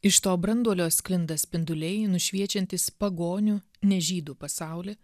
iš to branduolio sklinda spinduliai nušviečiantys pagonių ne žydų pasaulį